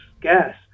gas